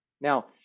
now